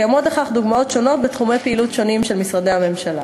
קיימות לכך דוגמאות שונות בתחומי פעילות שונים של משרדי הממשלה.